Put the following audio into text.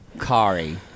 Kari